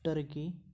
turkey